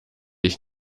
ich